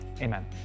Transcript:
Amen